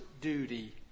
duty